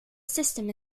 system